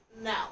No